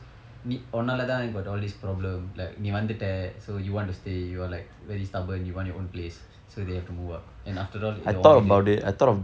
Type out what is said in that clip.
நீ உன்னால தான்:nii unnaala thaan got all this problem like நீ வந்துட்ட:nii vandthutta so you want to stay you are like very stubborn you want your own place so they have to move out and after all இது உன் வீட்டு:ithu un viittu